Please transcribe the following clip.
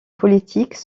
politique